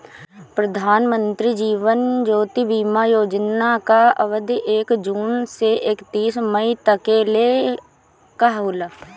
प्रधानमंत्री जीवन ज्योति बीमा योजना कअ अवधि एक जून से एकतीस मई तकले कअ होला